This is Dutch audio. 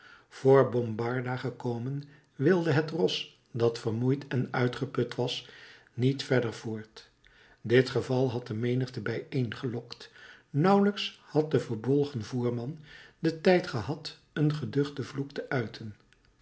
voor bombarda gekomen wilde het ros dat vermoeid en uitgeput was niet verder voort dit geval had de menigte bijeengelokt nauwelijks had de verbolgen voerman den tijd gehad een geduchten vloek te uiten